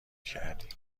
کردی